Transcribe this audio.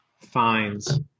fines